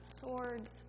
swords